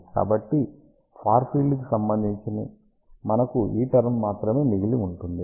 కాబట్టి far field కి సంబంధించి మనకు ఈ టర్మ్ మాత్రమే మిగిలి ఉంటుంది